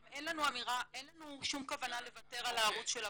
גם אין לנו שום כוונה לוותר על הערוץ של הוואוצ'רים.